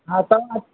हा तव्हां